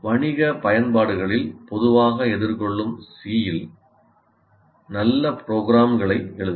வணிக பயன்பாடுகளில் பொதுவாக எதிர்கொள்ளும் C இல் நல்ல ப்ரோக்ராம்களை எழுதுங்கள்